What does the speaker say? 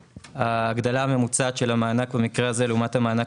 ההגדלה הממוצעת של המענק במקרה הזה לעומת המענק